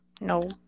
No